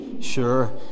sure